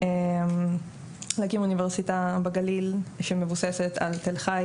ולהקים אוניברסיטה בגליל שמבוססת על תל חי,